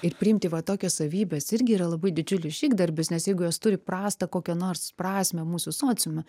ir priimti va tokias savybes irgi yra labai didžiulis žygdarbis nes jeigu jos turi prastą kokią nors prasmę mūsų sociume